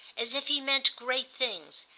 as if he meant great things,